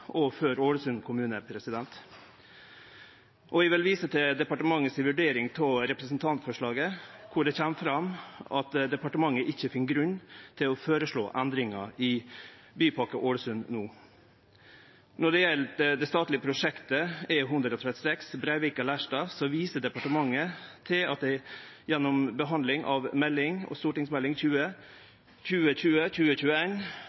viktig for byutvikling i Ålesund kommune. Eg vil vise til departementet si vurdering av representantforslaget, der det kjem fram at departementet ikkje finn grunn til å føreslå endringar i Bypakke Ålesund no. Når det gjeld det statlege prosjektet E136 Breivika–Lerstad, viser departementet til at det gjennom behandling av St.meld. 20